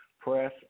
press